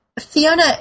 Fiona